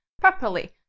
properly